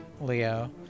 Leo